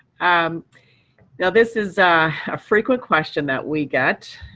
um now this is a frequent question that we get.